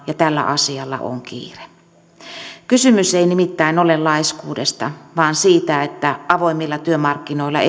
ja tällä asialla on kiire kysymys ei nimittäin ole laiskuudesta vaan siitä että avoimilla työmarkkinoilla ei ole töitä tarjolla